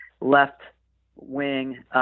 left-wing